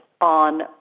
on